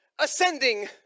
Ascending